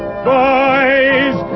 boys